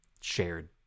shared